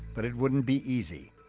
but it wouldn't be easy.